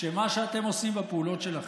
שמה שאתם עושים בפעולות שלכם,